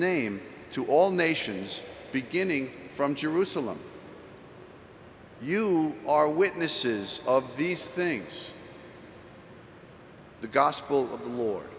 name to all nations beginning from jerusalem you are witnesses of these things the gospel of the war